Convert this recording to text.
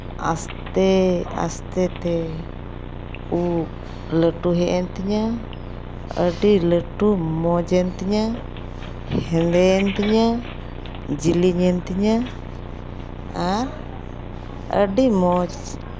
ᱟᱥᱛᱮ ᱟᱥᱛᱮ ᱛᱮ ᱩᱵ ᱞᱟᱹᱴᱩ ᱦᱮᱡᱼᱮᱱ ᱛᱤᱧᱟᱹ ᱟᱹᱰᱤ ᱞᱟᱹᱴᱩ ᱢᱚᱡᱮᱱ ᱛᱤᱧᱟᱹ ᱦᱮᱸᱫᱮᱭᱮᱱ ᱛᱤᱧᱟᱹ ᱡᱤᱞᱤᱧᱮᱱ ᱛᱤᱧᱟᱹ ᱟᱨ ᱟᱹᱰᱤ ᱢᱚᱡᱽ